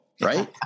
right